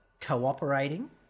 cooperating